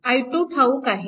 i2 ठाऊक आहे